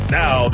now